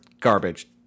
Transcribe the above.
garbage